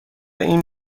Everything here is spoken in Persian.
این